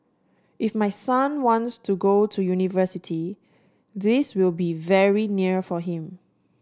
if my son wants to go to university this will be very near for him